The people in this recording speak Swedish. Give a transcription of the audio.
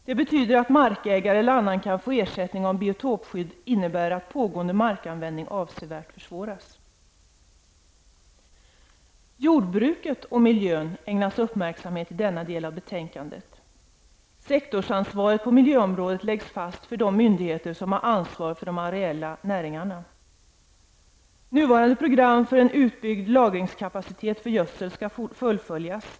Det betyder att markägare eller annan kan få ersättning om biotopsskydd innebär att pågående markanvändning avsevärt försvåras. Jordbruket och miljön ägnas stor uppmärksamhet i denna del av betänkandet. Sektorsansvaret på miljöområdet läggs fast för de myndigheter som har ansvar för de areella näringarna. Nuvarande program för en utbyggd lagringskapacitet för gödsel skall fullföljas.